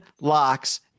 locks